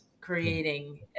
creating